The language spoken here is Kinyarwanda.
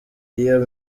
iyo